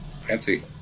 Fancy